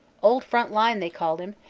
old front line they called him,